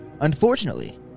Unfortunately